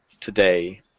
today